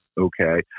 Okay